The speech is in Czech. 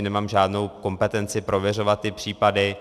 Nemám žádnou kompetenci prověřovat ty případy.